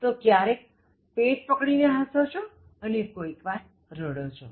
તો ક્યારેક પેટ પકડી ને હસો છો અને કોઇક વાર રડો છો